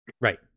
Right